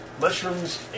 mushrooms